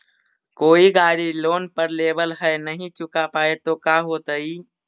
कोई गाड़ी लोन पर लेबल है नही चुका पाए तो का होतई?